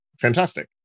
fantastic